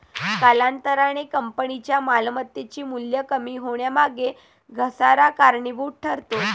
कालांतराने कंपनीच्या मालमत्तेचे मूल्य कमी होण्यामागे घसारा कारणीभूत ठरतो